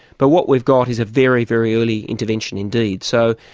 but what we've got is a very, very early intervention indeed. so,